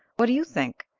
what do you think?